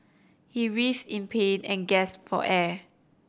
he writhed in pain and gasped for air